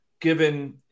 given